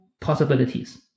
possibilities